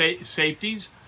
safeties